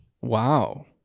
wow